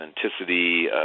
authenticity